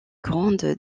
grande